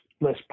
less